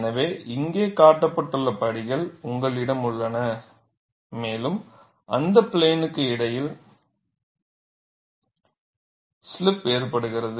எனவே இங்கே காட்டப்பட்டுள்ள படிகள் உங்களிடம் உள்ளன மேலும் இந்த பிளேன்க்கு இடையில் ஸ்லிப் ஏற்படுகிறது